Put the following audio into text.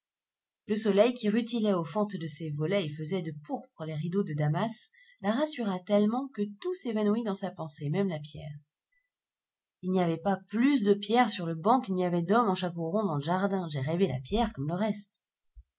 le soleil qui rutilait aux fentes de ses volets et faisait de pourpre les rideaux de damas la rassura tellement que tout s'évanouit dans sa pensée même la pierre il n'y avait pas plus de pierre sur le banc qu'il n'y avait d'homme en chapeau rond dans le jardin j'ai rêvé la pierre comme le reste